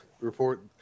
report